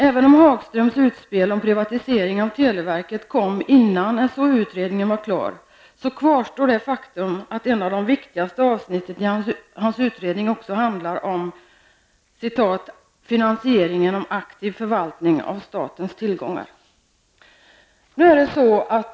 Även om Tony Hagströms utspel om privatisering av televerket kom innan SOU-utredningen var klar, kvarstår faktum att ett av de viktigaste avsnitten i hans utredning handlar om finansieringen och aktiv förvaltning av statens tillgångar.